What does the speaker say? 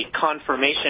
confirmation